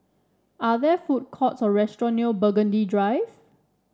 are there food courts or restaurant near Burgundy Drive